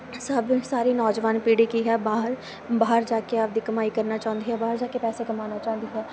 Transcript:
ਸਭ ਸਾਰੀ ਨੌਜਵਾਨ ਪੀੜ੍ਹੀ ਕੀ ਹੈ ਬਾਹਰ ਬਾਹਰ ਜਾ ਕੇ ਆਪਦੀ ਕਮਾਈ ਕਰਨਾ ਚਾਹੁੰਦੀ ਹੈ ਬਾਹਰ ਜਾ ਕੇ ਪੈਸੇ ਕਮਾਉਣਾ ਚਾਹੁੰਦੀ ਹੈ